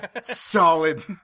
Solid